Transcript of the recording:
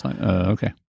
okay